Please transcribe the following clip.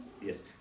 Yes